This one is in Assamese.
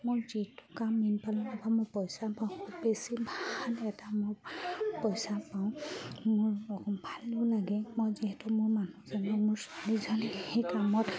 মোৰ যিহেতু কাম ইফালে অভাৱ মই পইচা পাওঁ খুব বেছি ভাল এটা মোৰ পইচা পাওঁ মোৰ অকণ ভালো লাগে মই যিহেতু মোৰ মানুহজনক মোৰ ছোৱালীজনী সেই কামত